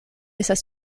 estas